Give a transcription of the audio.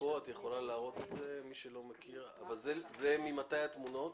ממתי התמונות?